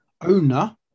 owner